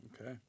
Okay